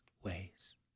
ways